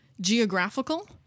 geographical